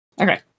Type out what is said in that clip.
Okay